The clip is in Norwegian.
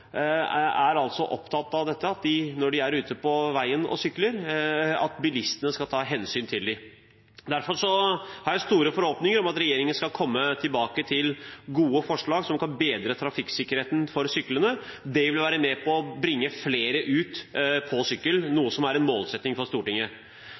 opptatt av at når de er ute på veiene og sykler, skal bilistene ta hensyn til dem. Derfor har jeg store forhåpninger om at regjeringen skal komme tilbake med gode forslag som kan bedre trafikksikkerheten for syklende. Det vil være med på å bringe flere ut på sykkel